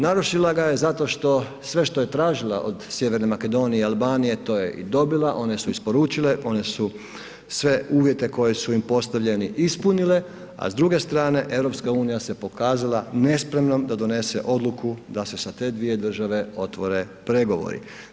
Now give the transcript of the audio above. Narušila ga je zato što sve što je tražila od Sjeverne Makedonije i Albanije to je i dobila, one su isporučile, one su sve uvjete koji su im postavljeni ispunile, a s druge strane EU se pokazala nespremnom da donese odluku da se sa te dvije države otvore pregovori.